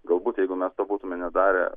galbūt jeigu mes būtume nedarę